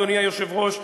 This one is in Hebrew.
אדוני היושב-ראש,